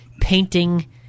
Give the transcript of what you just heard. painting